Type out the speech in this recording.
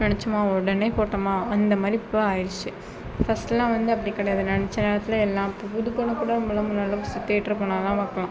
நெனச்சோமா உடனே போட்டோமா அந்தமாதிரி இப்போது ஆயிடுச்சு ஃபர்ஸ்டெலாம் வந்து அப்படி கிடையாது நினச்ச நேரத்தில் எல்லாம் புது படத்தில் முன்னாடியெலாம் தியேட்டர் போனால் தான் பார்க்கலாம்